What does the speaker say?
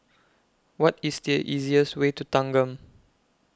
What IS The easiest Way to Thanggam